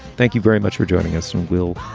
thank you very much for joining us. and we'll